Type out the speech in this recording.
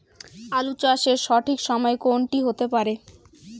আলু চাষের সঠিক সময় কোন টি হতে পারে?